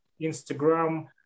Instagram